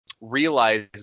realize